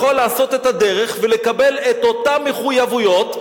לעשות את הדרך ולקבל את אותן מחויבויות,